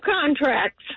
contracts